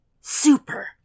super